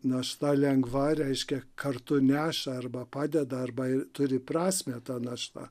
našta lengva reiškia kartu neša arba padeda arba turi prasmę ta našta